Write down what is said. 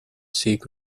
seek